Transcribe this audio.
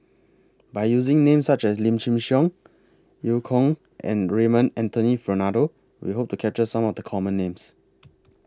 By using Names such as Lim Chin Siong EU Kong and Raymond Anthony Fernando We Hope capture Some of The Common Names